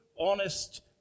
honest